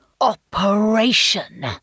Operation